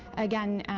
again,